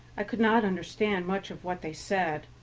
i could not understand much of what they said,